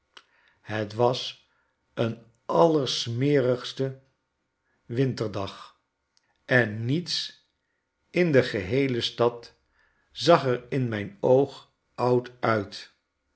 het was een allersmerigste winterdag en niets in de geheele stad zag er in mijn oog oud uit